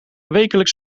wekelijks